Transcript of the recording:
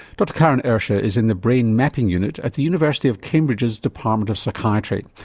dr karen ersche is in the brain mapping unit at the university of cambridge's department of psychiatry.